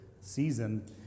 season